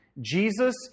Jesus